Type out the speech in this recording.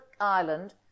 island